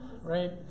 Right